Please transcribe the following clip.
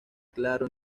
claro